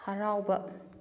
ꯍꯔꯥꯎꯕ